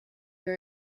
you